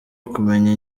ukumenya